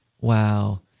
Wow